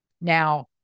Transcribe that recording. Now